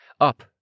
Up